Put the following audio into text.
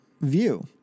view